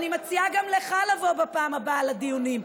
אני מציעה גם לך לבוא בפעם הבאה לדיונים,